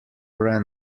ran